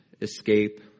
escape